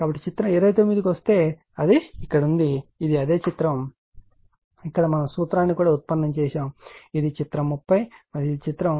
కాబట్టి చిత్రం 29 కి తిరిగి వస్తే అది ఇక్కడ ఉంది ఇది అదే చిత్రం ఇక్కడ మనం సూత్రాన్ని ఉత్పన్నం చేశాం ఇది చిత్రం 30 మరియు ఇది చిత్రం